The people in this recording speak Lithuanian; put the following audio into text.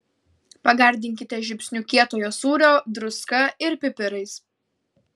pagardinkite žiupsniu kietojo sūrio druska ir pipirais